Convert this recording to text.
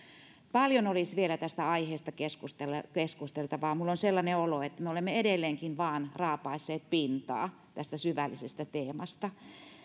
paljon olisi vielä tästä aiheesta keskusteltavaa minulla on sellainen olo että me olemme edelleenkin vain raapaisseet pintaa tästä syvällisestä teemasta